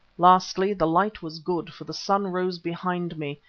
lastly, the light was good, for the sun rose behind me,